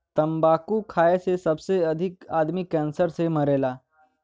तम्बाकू खाए से सबसे अधिक आदमी कैंसर से मरला